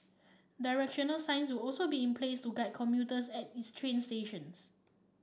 directional signs will also be in place to guide commuters at its train stations